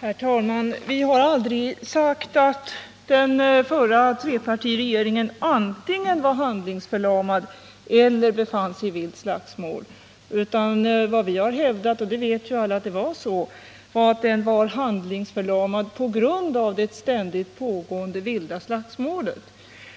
Herr talman! Vi har aldrig sagt att trepartiregeringen antingen var handlingsförlamad eller befann sig i vilt slagsmål. Vad vi hävdat — och alla vet att det var så — var att den var handlingsförlamad på grund av de ständigt pågående vilda slagsmålen.